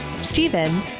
Stephen